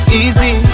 easy